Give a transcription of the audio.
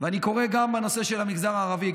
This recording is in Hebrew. ואני קורא גם בנושא של המגזר הערבי,